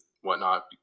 whatnot